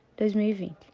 2020